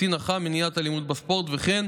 קצין אח"מ מניעת אלימות בספורט, וכן